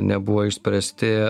nebuvo išspręsti